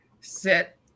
set